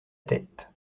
tête